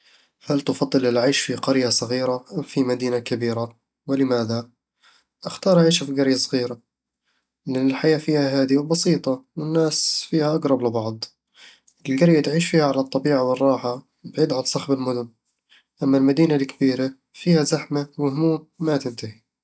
هل تفضل العيش في قرية صغيرة أم في مدينة كبيرة؟ ولماذا؟ أختار أعيش في قرية صغيرة لأن الحياة فيها هادية وبسيطة، والناس فيها أقرب لبعض القرية تعيش فيها على الطبيعة والراحة بعيد عن صخب المدن أما المدينة الكبيرة، فيها زحمة وهموم ما تنتهي